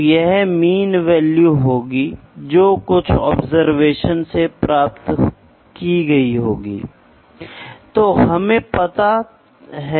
तो यहाँ एक उपकरण जो प्रेशर चेंज को लेंथ चेंज में परिवर्तन करता है प्लेन स्केल या एक मानक जो प्रेशर में परिवर्तन के रूप में ज्ञात लेंथ यूनिट के बराबर कैलिब्रेट किया जाता है